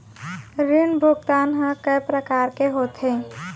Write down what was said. ऋण भुगतान ह कय प्रकार के होथे?